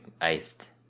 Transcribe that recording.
iced